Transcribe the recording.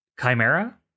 Chimera